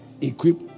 Equip